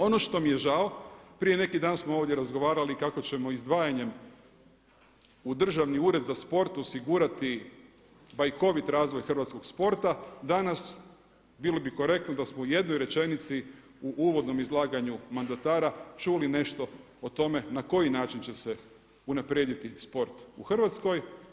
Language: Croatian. Ono što mi je žao, prije neki dan smo ovdje razgovarali kako ćemo izdvajanjem u Državni ured za sport osigurati bajkovit razvoj hrvatskog sporta danas bili bi korektni da smo u jednoj rečenici u uvodnom izlaganju mandatara čuli nešto o tome na koji način će se unaprijediti sport u Hrvatskoj.